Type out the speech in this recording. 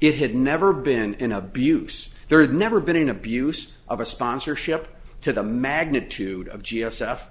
it had never been in abuse there had never been an abuse of a sponsorship to the magnitude of g s